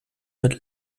mit